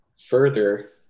further